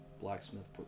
blacksmith